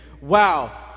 Wow